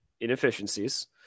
Inefficiencies